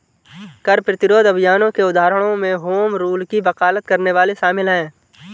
कर प्रतिरोध अभियानों के उदाहरणों में होम रूल की वकालत करने वाले शामिल हैं